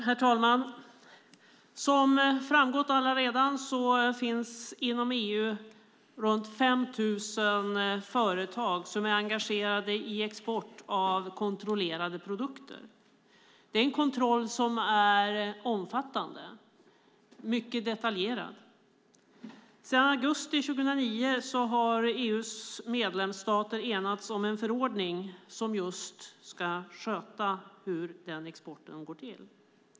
Herr talman! Som framgått allaredan finns inom EU runt 5 000 företag som är engagerade i export av kontrollerade produkter. Det är en kontroll som är omfattande. Den är mycket detaljerad. Sedan augusti 2009 har EU:s medlemsstater enats om en förordning som just ska sköta hur den exporten går till.